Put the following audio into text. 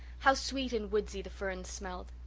how sweet and woodsey the ferns smelled!